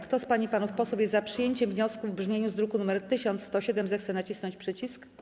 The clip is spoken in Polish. Kto z pań i panów posłów jest za przyjęciem wniosku w brzmieniu z druku nr 1107, zechce nacisnąć przycisk.